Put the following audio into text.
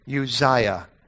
Uzziah